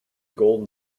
golden